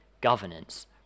governance